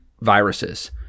viruses